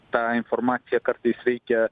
tą informaciją kartais reikia